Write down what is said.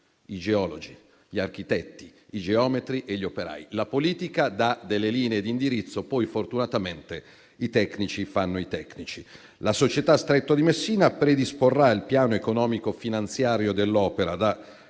i geologi, gli architetti, i geometri e gli operai. La politica dà delle linee di indirizzo, poi fortunatamente i tecnici fanno il loro mestiere. La società Stretto di Messina predisporrà il piano economico finanziario dell'opera da